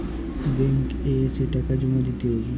Bank এ এসে টাকা জমা দিতে হবে?